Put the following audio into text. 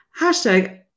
Hashtag